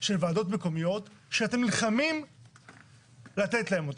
של ועדות מקומיות שאתם נלחמים לתת להן אותם?